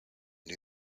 new